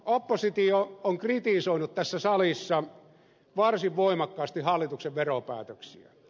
oppositio on kritisoinut tässä salissa varsin voimakkaasti hallituksen veropäätöksiä